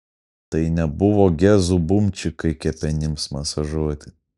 tai nebuvo gezų bumčikai kepenims masažuoti